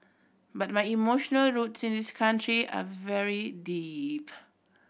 but my emotional roots in this country are very deep